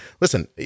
Listen